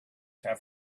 have